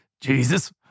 Jesus